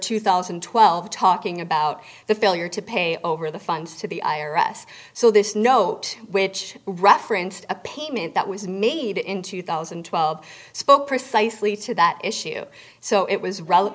two thousand and twelve talking about the failure to pay over the funds to the i r s so this note which referenced a payment that was made in two thousand and twelve spoke precisely to that issue so it was r